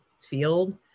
field